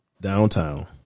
downtown